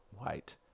white